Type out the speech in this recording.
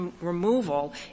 removal